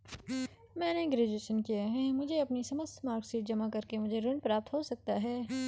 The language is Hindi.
मैंने ग्रेजुएशन किया है मुझे अपनी समस्त मार्कशीट जमा करके मुझे ऋण प्राप्त हो सकता है?